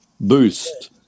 boost